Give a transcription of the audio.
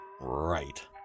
Right